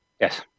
Yes